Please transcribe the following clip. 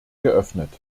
geöffnet